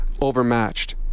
overmatched